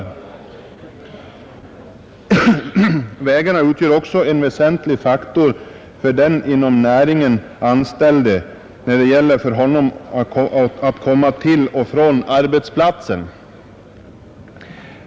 Men vägarna utgör också en väsentlig faktor för den inom näringen anställde när det gäller för honom att komma till och från arbetsplatsen.